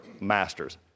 masters